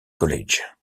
college